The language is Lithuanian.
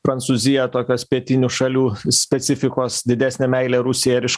prancūziją tokios pietinių šalių specifikos didesnė meilė rusijai ar iš